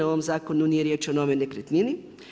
U ovom zakonu nije riječ o novoj nekretnini.